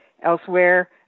elsewhere